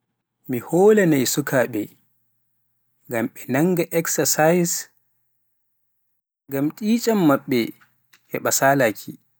mi holanai sukaaɓe ngam ɓe nannga eksasais ngam cicin heɓa salaaki.